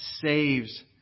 saves